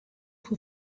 who